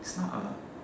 it's not a